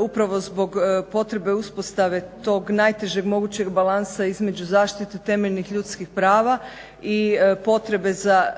upravo zbog potrebe uspostave tog najtežeg mogućeg balansa između zaštite temeljnih ljudskih prava i potrebe za